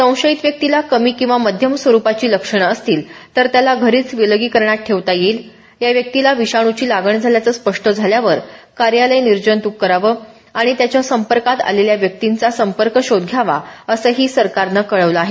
संशयित व्यक्तीला कमी किंवा मध्यम स्वरुपाची लक्षणं असतील तर त्याला घरीच विलगीकरणार ठेवता येईल या व्यक्तीला विषाणूची लागण झाल्याचं स्पष्ट झाल्यावर कार्यालय निर्जंतुक करावं आणि त्याच्या संपर्कात आलेल्या व्यक्तींचा संपर्क शोध घ्यावा असंही सरकारनं कळवलं आहे